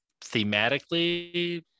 Thematically